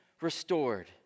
restored